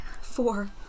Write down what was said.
Four